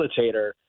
facilitator